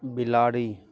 बिलाड़ि